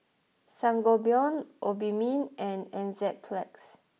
Sangobion Obimin and Enzyplex